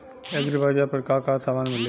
एग्रीबाजार पर का का समान मिली?